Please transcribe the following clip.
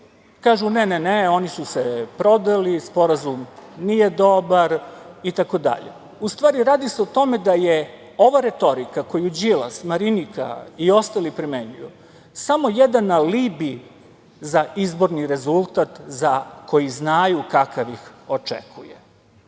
kažu – ne, ne oni su se prodali, sporazum nije dobar itd. Radi se o tome da je ova retorika koju Đilas, Marinika i ostali primenjuju samo jedan alibi za izborni rezultat za koji znaju kakav ih očekuje.